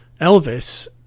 Elvis